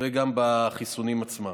וגם בחיסונים עצמם.